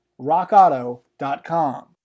rockauto.com